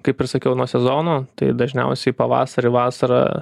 kaip ir sakiau nuo sezono tai dažniausiai pavasarį vasarą